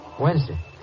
Wednesday